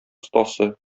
остасы